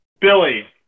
Billy